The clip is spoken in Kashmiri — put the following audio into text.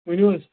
ؤنِو حظ